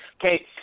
Okay